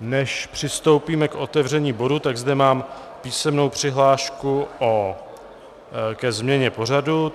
Než přistoupíme k otevření bodu, tak zde mám písemnou přihlášku ke změně pořadu,